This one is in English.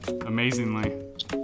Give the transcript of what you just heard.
amazingly